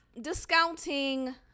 discounting